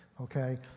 Okay